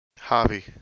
hobby